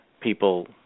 people